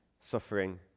suffering